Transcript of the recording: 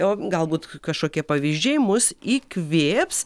o galbūt kažkokie pavyzdžiai mus įkvėps